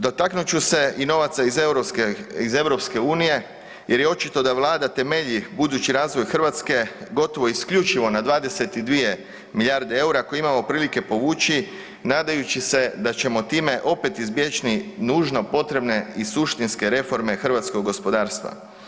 Dotaknut ću se i novaca iz EU jer je očito da Vlada temelji budući razvoj Hrvatske gotovo isključivo na 22 milijarde eura koje imamo prilike povući nadajući se da ćemo time opet izbjeći nužno potrebne i suštinske reforme hrvatskog gospodarstva.